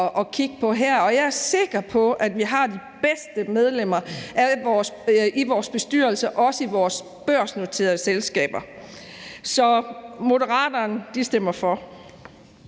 Jeg er sikker på, at vi har de bedste medlemmer i vores bestyrelser, også i vores børsnoterede selskaber. Så Moderaterne stemmer for.